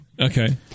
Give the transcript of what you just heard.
Okay